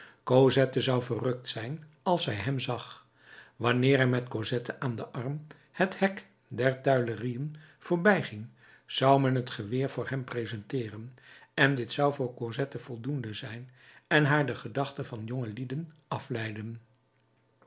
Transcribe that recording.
cosette zou verrukt zijn als zij hem zag wanneer hij met cosette aan den arm het hek der tuilerieën voorbijging zou men het geweer voor hem presenteeren en dit zou voor cosette voldoende zijn en haar de gedachte van jongelieden afleiden